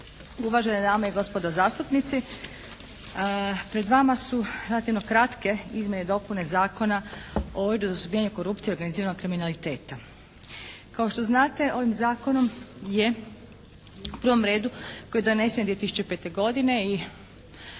Uvažene dame i gospodo zastupnici. Pred vama su relativno kratke izmjene i dopune Zakona o Uredu za suzbijanje korupcije organiziranog kriminaliteta. Kao što znate ovim zakonom je u prvom redu koji je donesen 2005. godine i